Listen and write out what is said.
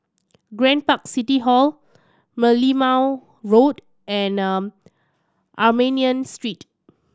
Grand Park City Hall Merlimau Road and Armenian Street